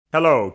Hello